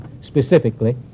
specifically